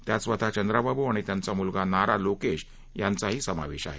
त्यात स्वतः चंद्राबाबू आणि त्यांचा मुलगा नारा लोकेश यांचाही समावेश आहे